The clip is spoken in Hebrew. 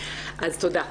אז תודה.